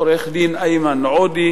עורך-הדין איימן עודה,